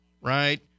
Right